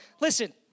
Listen